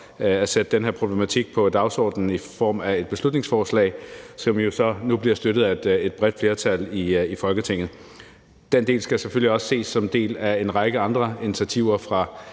at sætte den her problematik på dagsordenen i form af et beslutningsforslag, som jo så nu bliver støttet af et bredt flertal i Folketinget. Den del skal selvfølgelig også ses som en del af en række andre initiativer fra